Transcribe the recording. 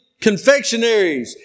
confectionaries